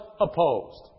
opposed